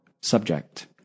subject